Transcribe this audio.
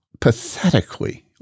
pathetically